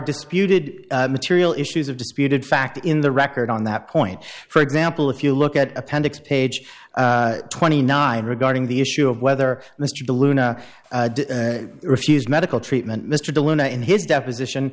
disputed material issues of disputed fact in the record on that point for example if you look at appendix page twenty nine regarding the issue of whether mr de luna refuse medical treatment mr de luna in his deposition